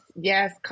Yes